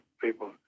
people